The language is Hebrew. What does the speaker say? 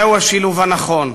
זהו השילוב הנכון,